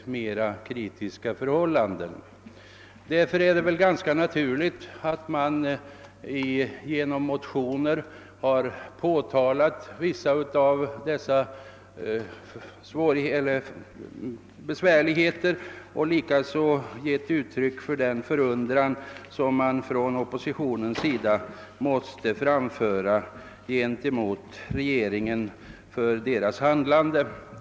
mera kritiska förhållanden. Därför är det naturligt att man genom motioner har påtalat vissa besvärligheter och likaså givit uttryck för den förundran som oppositionen måste uttrycka beträffande regeringens handlande.